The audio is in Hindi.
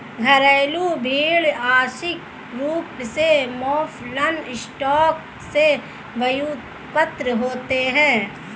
घरेलू भेड़ आंशिक रूप से मौफलन स्टॉक से व्युत्पन्न होते हैं